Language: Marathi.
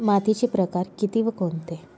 मातीचे प्रकार किती व कोणते?